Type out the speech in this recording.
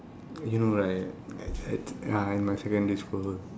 you know right I I I in my secondary school